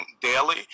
daily